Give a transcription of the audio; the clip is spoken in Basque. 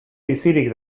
bizirik